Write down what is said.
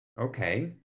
Okay